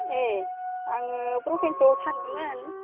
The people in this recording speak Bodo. ए आङो प्रफेन्सआव सान्दोंमोन